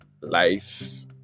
life